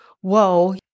whoa